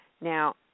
Now